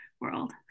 world